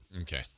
Okay